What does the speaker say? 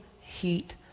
heat